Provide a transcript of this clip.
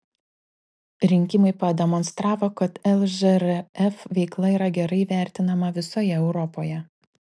rinkimai pademonstravo kad lžrf veikla yra gerai vertinama visoje europoje